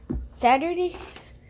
Saturday's